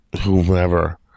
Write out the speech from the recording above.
whomever